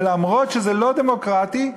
למרות שזה לא דמוקרטי,